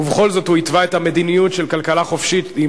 ובכל זאת הוא התווה את המדיניות של כלכלה חופשית עם